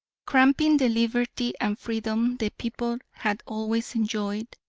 cramping the liberty and freedom the people had always enjoyed,